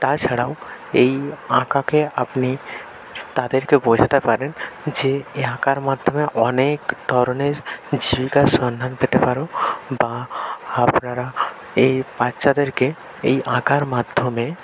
তাছাড়াও এই আঁকাকে আপনি তাদেরকে বোঝাতে পারেন যে এই আঁকার মাধ্যমে অনেক ধরনের জীবিকার সন্ধান পেতে পারো বা আপনারা এই বাচ্চাদেরকে এই আঁকার মাধ্যমে